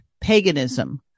paganism